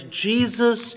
Jesus